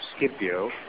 Scipio